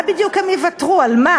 על מה